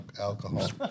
alcohol